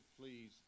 please